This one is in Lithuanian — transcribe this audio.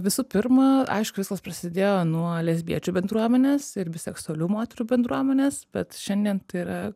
visų pirma aišku viskas prasidėjo nuo lesbiečių bendruomenės ir biseksualių moterų bendruomenės bet šiandien tai yra